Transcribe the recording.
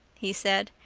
he said.